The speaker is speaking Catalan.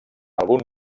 algun